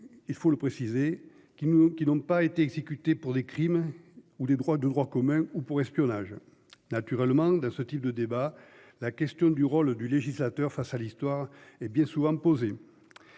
il faut le préciser qui nous, qui n'ont pas été exécutés pour des crimes ou des droits de droit commun ou pour espionnage naturellement dans ce type de débat la question du rôle du législateur face à l'histoire et bien souvent posé.